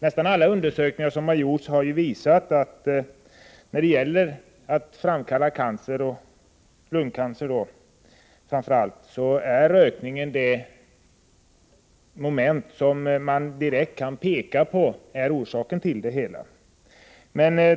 Nästan alla undersökningar som gjorts har visat att rökningen är det som man direkt kan peka på när det gäller orsakerna till cancer, och då framför allt lungcancer.